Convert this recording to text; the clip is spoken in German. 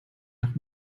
nach